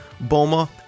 Boma